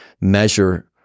measure